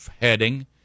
heading